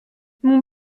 mon